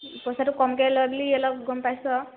পইচাটো কমকৈ লয় বুলি অলপ গম পাইছো আৰু